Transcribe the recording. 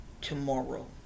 tomorrow